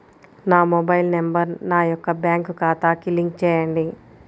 నా mobile number నా యొక్క బ్యాంక్ ఖాతాకి లింక్ చేయండీ?